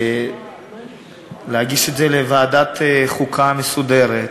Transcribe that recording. להגיש את זה לוועדת חוקה מסודרת,